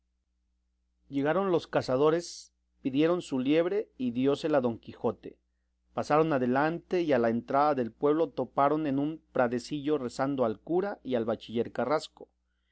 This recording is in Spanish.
llegaron los cazadores pidieron su liebre y diósela don quijote pasaron adelante y a la entrada del pueblo toparon en un pradecillo rezando al cura y al bachiller carrasco